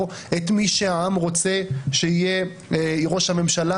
את מי שהעם רוצה שיהיה ראש הממשלה,